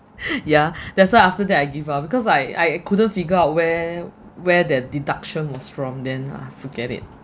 ya that's why after that I give up because I I couldn't figure out where where that deduction was from then ah forget it